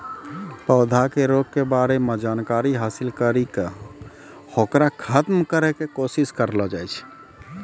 पौधा के रोग के बारे मॅ जानकारी हासिल करी क होकरा खत्म करै के कोशिश करलो जाय छै